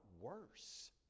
worse